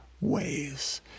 ways